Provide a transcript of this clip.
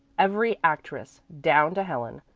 every actress, down to helen,